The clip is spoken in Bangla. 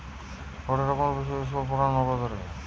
গটে রকমের বিষয় ইস্কুলে পোড়ায়ে লকদের